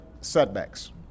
setbacks